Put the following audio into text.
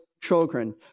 children